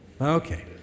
Okay